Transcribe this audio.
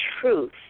truth